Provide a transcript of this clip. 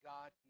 God